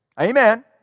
Amen